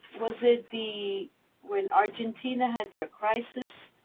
was it the when argentina had their crisis,